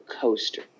coaster